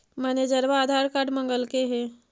मैनेजरवा आधार कार्ड मगलके हे?